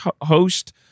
host